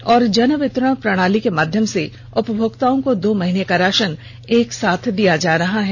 और जनवितरण प्रणाली के माध्यम से उपभोक्ताओं को दो महीने का राषन एक साथ दिया जा रहा है